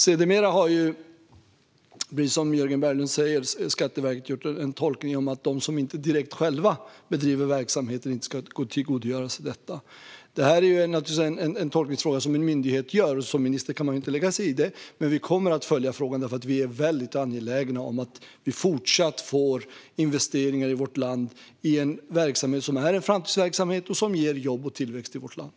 Sedermera har Skatteverket, precis som Jörgen Berglund säger, gjort tolkningen att de som inte direkt själva bedriver verksamheten inte ska kunna tillgodogöra sig detta. Det här är naturligtvis en tolkning som en myndighet gör. Som minister kan man inte lägga sig i det. Vi kommer dock att följa frågan, för vi är väldigt angelägna om att fortsätta få investeringar i vårt land i en verksamhet som är en framtidsverksamhet och som ger jobb och tillväxt i vårt land.